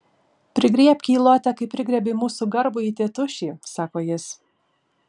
prigriebk jį lote kaip prigriebei mūsų garbųjį tėtušį sako jis